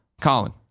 Colin